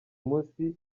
munsi